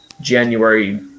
January